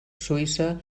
suïssa